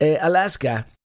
Alaska